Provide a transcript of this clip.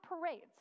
parades